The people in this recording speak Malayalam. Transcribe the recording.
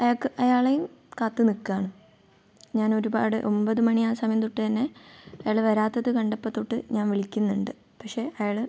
അയാൾക്ക് അയാളെയും കാത്തു നിൽക്കാണ് ഞാൻ ഒരുപാട് ഒൻപതു മണി ആ സമയം തൊട്ട് തന്നെ അയാൾ വരാത്തത് കണ്ടപ്പോൾ തൊട്ട് ഞാൻ വിളിക്കുന്നുണ്ട് പക്ഷേ അയാൾ